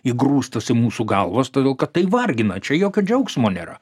įgrūstas į mūsų galvas todėl kad tai vargina čia jokio džiaugsmo nėra